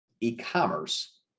e-commerce